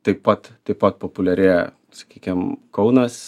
taip pat taip pat populiarėja sakykim kaunas